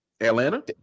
Atlanta